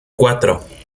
cuatro